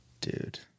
dude